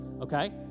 okay